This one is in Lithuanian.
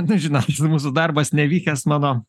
nu žinot mūsų darbas nevykęs mano